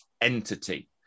entity